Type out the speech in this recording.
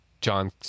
John